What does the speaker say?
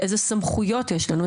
איזה סמכויות יש לנו,